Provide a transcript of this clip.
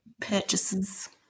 purchases